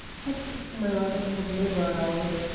had smiled upon the world.